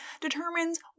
determines